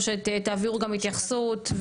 או שתעבירו גם התייחסות,